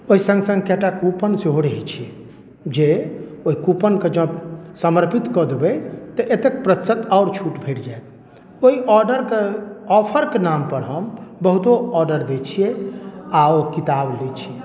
ओहि सङ्ग सङ्ग कएटा कूपन सेहो रहैत छै जे ओहि कूपनके जँ समर्पित कऽ देबै तऽ एतेक प्रतिशत आओर छूट भेट जायत ओहि आर्डरके ऑफरके नामपर हम बहुतो आर्डर दैत छियै आ ओ किताब लैत छी